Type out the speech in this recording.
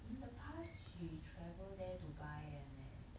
in the past she travel there to buy one leh